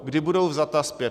Kdy budou vzata zpět?